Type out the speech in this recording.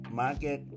market